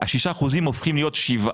ה-6% הופכים ל-7%.